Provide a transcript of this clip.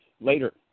later